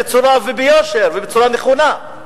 ביושר ובצורה נכונה,